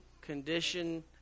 condition